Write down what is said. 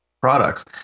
products